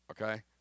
okay